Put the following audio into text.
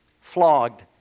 flogged